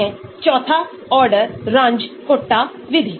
यह beta halo aryl amines है